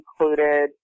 included